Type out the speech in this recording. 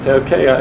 okay